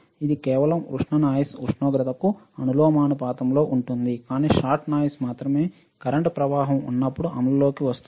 ఇది కేవలం ఉష్ణ నాయిస్ ఉష్ణోగ్రతకు అనులోమానుపాతంలో ఉంటుంది కానీ షాట్ నాయిస్ మాత్రమే కరెంట్ ప్రవాహం ఉన్నప్పుడు అమలులోకి వస్తుంది